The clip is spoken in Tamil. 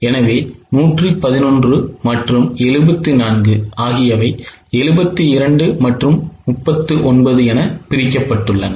எனவே 111 மற்றும் 74 ஆகியவை 72 மற்றும் 39 என பிரிக்கப்பட்டுள்ளன